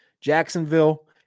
Jacksonville